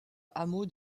hameau